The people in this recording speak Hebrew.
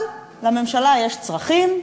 אבל לממשלה יש צרכים,